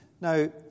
Now